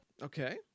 Okay